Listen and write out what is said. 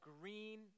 green